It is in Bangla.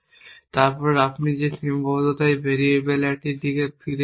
তারপর আপনি যে সীমাবদ্ধতার ভেরিয়েবলের একটিতে ফিরে যেতে পারেন